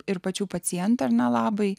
ir pačių pacientų ar nelabai